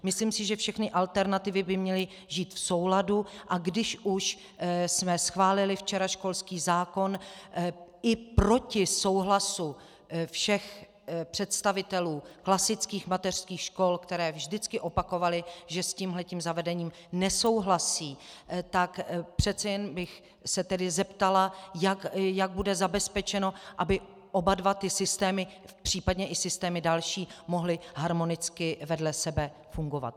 Myslím si, že všechny alternativy by měly žít v souladu, a když už jsme včera schválili školský zákon i proti souhlasu všech představitelů klasických mateřských škol, které vždycky opakovaly, že s tímhle tím zavedením nesouhlasí, tak přece jen bych se tedy zeptala, jak bude zabezpečeno, aby oba dva ty systémy, případně i systémy další mohly harmonicky vedle sebe fungovat.